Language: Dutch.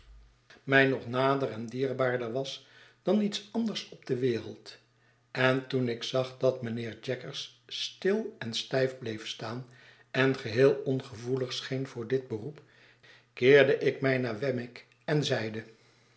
mij nog nader endierbaarder was dan iets anders op de wereld en toen ik zag dat mijnheer jaggers stil en stljf bleef staan en geheel ongevoelig scheen voor dit beroep keerde ik mij naar wemmick en zeide